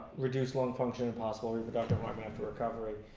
reduced lung function and possible reproductive harm after recovery